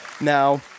Now